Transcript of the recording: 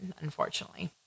unfortunately